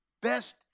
best